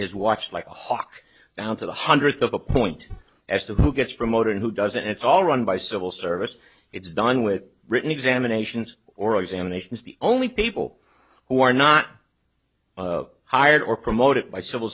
is watched like a hawk down to the hundredth of a point as to who gets promoted who doesn't it's all run by civil service it's done with written examinations or examinations the only people who are not hired or promoted by civil